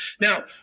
Now